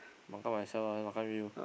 makan myself lah makan with you